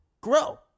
grow